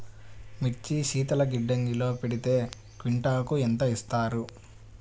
మిర్చి శీతల గిడ్డంగిలో పెడితే క్వింటాలుకు ఎంత ఇస్తారు?